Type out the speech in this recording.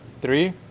three